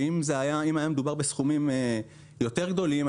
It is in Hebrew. שאם היה מדובר בסכומים יותר גדולים,